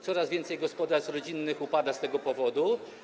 Coraz więcej gospodarstw rodzinnych upada z tego powodu.